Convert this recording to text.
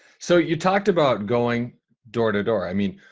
so you talked about going door to door. i mean,